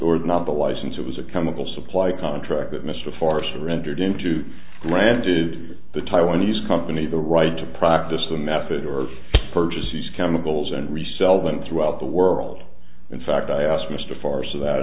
goard not to license it was a chemical supply contract that mr farrer surrendered in two granted the taiwanese company the right to practice a method of purchase these chemicals and resell them throughout the world in fact i asked mr far so that